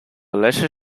lesser